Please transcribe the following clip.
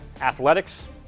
athletics